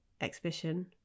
exhibition